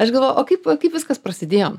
aš galvoju o kaip va kaip viskas prasidėjo